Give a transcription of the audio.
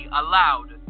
allowed